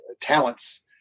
talents